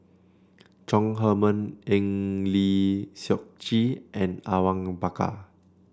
Chong Heman Eng Lee Seok Chee and Awang Bakar